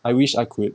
I wish I quit